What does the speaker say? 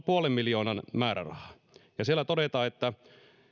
puolen miljoonan määräraha siellä todetaan että